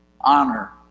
honor